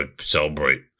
celebrate